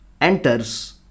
enters